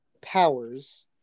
powers